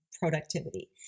productivity